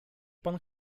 pan